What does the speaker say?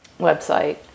website